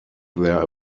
their